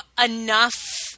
enough